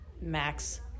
Max